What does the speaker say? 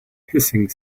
hissing